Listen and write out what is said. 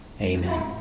Amen